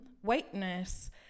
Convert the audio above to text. whiteness